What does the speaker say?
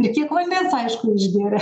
ir kiek vandens aišku išgeria